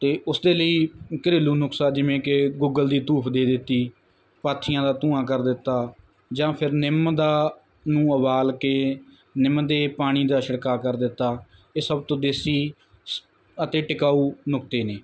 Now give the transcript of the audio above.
ਤੇ ਉਸਦੇ ਲਈ ਘਰੇਲੂ ਨੁਸਖਾ ਜਿਵੇਂ ਕਿ ਗੁੂਗਲ ਦੀ ਧੂਫ ਦੇ ਦਿੱਤੀ ਪਾਥੀਆਂ ਦਾ ਧੂੰਆਂ ਕਰ ਦਿੱਤਾ ਜਾਂ ਫਿਰ ਨਿੰਮ ਦਾ ਨੂੰ ਉਬਾਲ ਕੇ ਨਿੰਮ ਦੇ ਪਾਣੀ ਦਾ ਛਿੜਕਾਅ ਕਰ ਦਿੱਤਾ ਇਹ ਸਭ ਤੋਂ ਦੇਸੀ ਅਤੇ ਟਿਕਾਊ ਨੁਕਤੇ ਨੇ